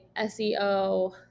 SEO